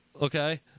Okay